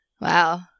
Wow